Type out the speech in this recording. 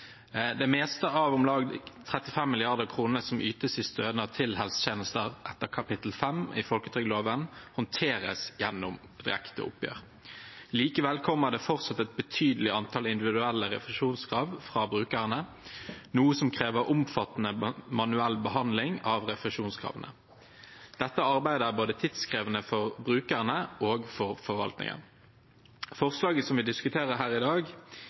Det meste av de om lag 35 mrd. kr som ytes i stønader til helsetjenester etter kapittel 5 i folketrygdloven, håndteres gjennom direkte oppgjør. Likevel kommer det fortsatt et betydelig antall individuelle refusjonskrav fra brukerne, noe som krever omfattende manuell behandling av refusjonskravene. Dette arbeidet er tidkrevende både for brukerne og for forvaltningen. Forslaget vi diskuterer her i dag,